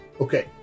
Okay